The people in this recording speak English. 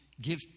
give